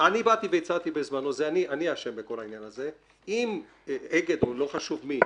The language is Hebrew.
אני הצעתי בזמנו אני אשם בכל העניין אם אגד או לא משנה מי,